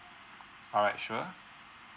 alright sure